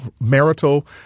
marital